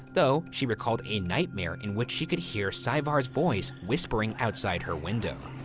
though she recalled a nightmare in which she could hear saevar's voice whispering outside her window.